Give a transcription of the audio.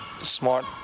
smart